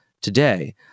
today